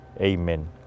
Amen